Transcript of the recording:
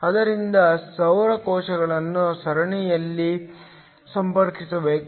ಆದ್ದರಿಂದ ಸೌರ ಕೋಶಗಳನ್ನು ಸರಣಿಯಲ್ಲಿ ಸಂಪರ್ಕಿಸಬೇಕು